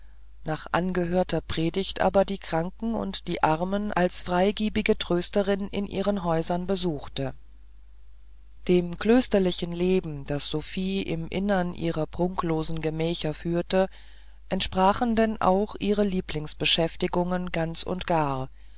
nach angehörter predigt aber die kranken und die armen als freigebige trösterin in ihren häusern besuchte dem klösterlichen leben das sophie im innern ihrer prunklosen gemächer führte entsprachen denn auch ihre lieblingsbeschäftigungen ganz und gar